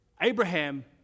Abraham